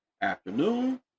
afternoon